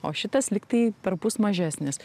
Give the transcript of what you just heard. o šitas lyg tai perpus mažesnis